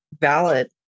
valid